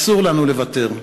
אסור לנו לוותר,